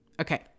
Okay